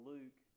Luke